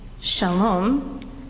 shalom